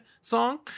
song